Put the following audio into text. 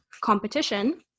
competition